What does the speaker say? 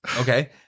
Okay